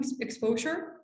exposure